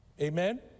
Amen